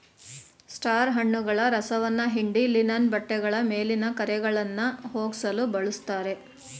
star ಹಣ್ಣುಗಳ ರಸವನ್ನ ಹಿಂಡಿ ಲಿನನ್ ಬಟ್ಟೆಗಳ ಮೇಲಿನ ಕರೆಗಳನ್ನಾ ಹೋಗ್ಸಲು ಬಳುಸ್ತಾರೆ